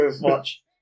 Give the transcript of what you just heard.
Watch